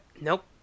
Nope